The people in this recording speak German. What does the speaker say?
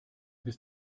bist